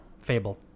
Fable